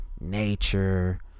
nature